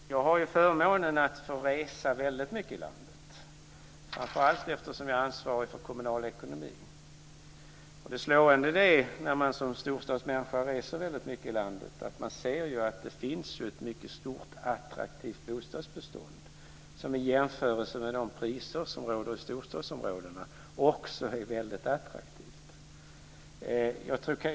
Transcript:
Fru talman! Jag har ju förmånen att få resa väldigt mycket i landet, framför allt därför att jag är ansvarig för kommunal ekonomi. När man som storstadsmänniska reser väldigt mycket i landet slås man av att det finns ett mycket stort bostadsbestånd som i en jämförelse med de priser som råder i storstadsområdena framstår som väldigt attraktivt.